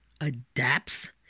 adapts